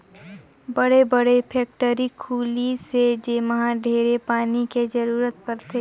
बड़े बड़े फेकटरी खुली से जेम्हा ढेरे पानी के जरूरत परथे